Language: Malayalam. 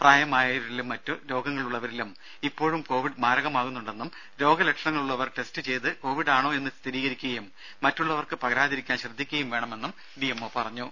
പ്രായമായവരിലും മറ്റ് രോഗങ്ങൾ ഉള്ളവരിലും ഇപ്പോഴും കോവിഡ് മാരകമാകുന്നുണ്ടെന്നും രോഗ ലക്ഷണങ്ങൾ ഉള്ളവർ ടെസ്റ്റ് ചെയ്തു കോവിഡ് ആണോ എന്ന് സ്ഥിരീകരിക്കുകയും മറ്റുള്ളവർക്ക് പകരാതിരിക്കാൻ ശ്രദ്ധിക്കുകയും വേണമെന്നും ഡിഎംഒ പറഞ്ഞു